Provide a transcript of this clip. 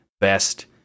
best